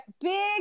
big